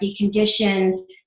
deconditioned